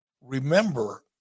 remember